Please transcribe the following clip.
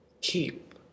Keep